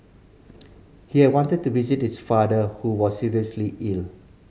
he had wanted to visit his father who was seriously ill